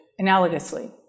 analogously